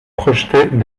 projetait